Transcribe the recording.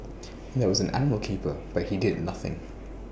and there was an animal keeper but he did nothing